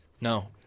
no